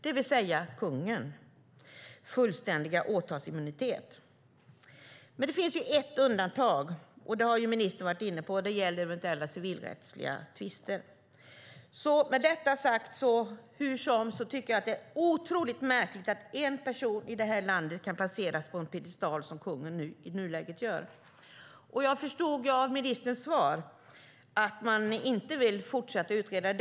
Det handlar om kungens fullständiga åtalsimmunitet. Det finns ett undantag, som ministern har varit inne på. Det gäller eventuella civilrättsliga tvister. Med detta sagt tycker jag att det är otroligt märkligt att en person i det här landet kan placeras på en piedestal, som man i nuläget gör med kungen! Jag förstod av ministerns svar att man inte vill fortsätta utreda detta.